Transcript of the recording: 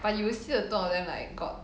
but you will see the two of them like got